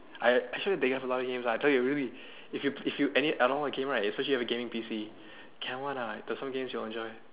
I assure you they have a lot of games lah I tell you really if you if you and all the games right especially if you have a gaming P_C can one ah there's some games you'll enjoy